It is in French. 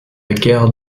gare